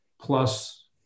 plus